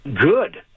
good